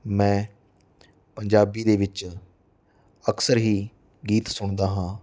ਮੈਂ ਪੰਜਾਬੀ ਦੇ ਵਿੱਚ ਅਕਸਰ ਹੀ ਗੀਤ ਸੁਣਦਾ ਹਾਂ